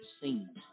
seen